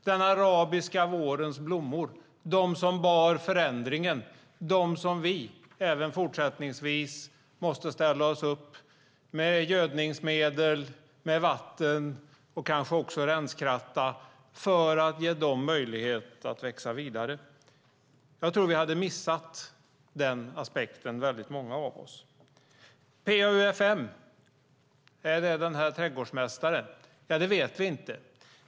Den arabiska vårens blommor som bar förändringen måste även vi fortsättningsvis ställa upp för med gödningsmedel, vatten och kanske också renskratta för att ge dem möjlighet att växa vidare. Jag tror att väldigt många av oss hade missat den aspekten. Är PA-UfM trädgårdsmästaren? Det vet vi inte.